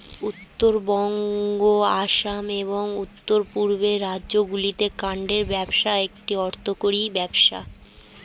উত্তরবঙ্গ, আসাম, এবং উওর পূর্বের রাজ্যগুলিতে কাঠের ব্যবসা একটা অর্থকরী ব্যবসা